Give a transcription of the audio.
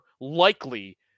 likely